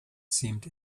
seemed